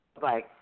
Bye